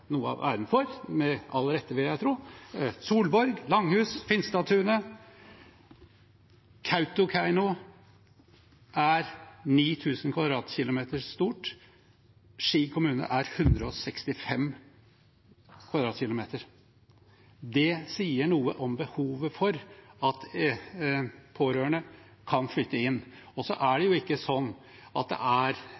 noe av æren for, med rette, vil jeg tro – Solborg, Langhus, Finstadtunet. Kautokeino er ca. 9 000 km 2 stort, Ski kommune er på ca. 165 km 2 . Det sier noe om behovet for at pårørende kan flytte inn. Så er det ikke slik at det